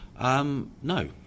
No